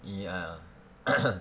ya